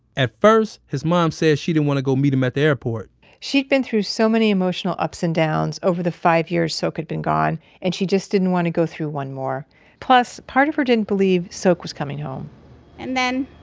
at first, his mom said she didn't want to go meet him at the airport she'd been through so many emotional ups and downs over the five years sok had been gone and she just didn't want to go through one more plus part of her didn't believe sok was coming home and then